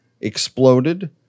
exploded